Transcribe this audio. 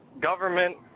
government